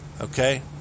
Okay